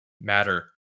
matter